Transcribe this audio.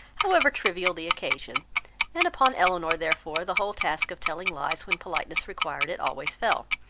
however trivial the occasion and upon elinor therefore the whole task of telling lies when politeness required it, always fell.